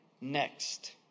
Next